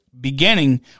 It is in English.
beginning